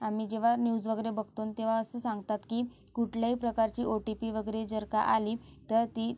आम्ही जेव्हा न्यूज वगैरे बघतो तेव्हा असं सांगतात की कुठल्याही प्रकारची ओ टी पी वगैरे जर का आली तर ती